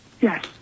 Yes